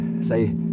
say